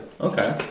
Okay